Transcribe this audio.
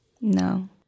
No